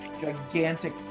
gigantic